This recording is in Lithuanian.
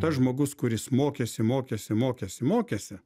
tas žmogus kuris mokėsi mokėsi mokėsi mokėsi